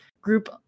group